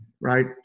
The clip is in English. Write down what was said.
right